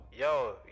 Yo